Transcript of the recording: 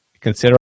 consider